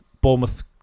Bournemouth